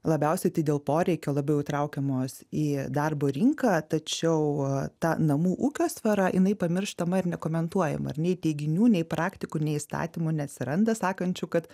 labiausiai tai dėl poreikio labiau įtraukiamos į darbo rinką tačiau ta namų ūkio sfera jinai pamirštama ir nekomentuojama nei teiginių nei praktikų nei įstatymų neatsiranda sakančių kad